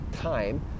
time